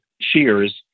shears